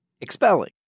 expelling